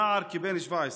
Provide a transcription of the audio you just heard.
נער כבן 17,